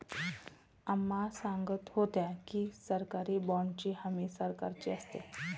अम्मा सांगत होत्या की, सरकारी बाँडची हमी सरकारची असते